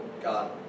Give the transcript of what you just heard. God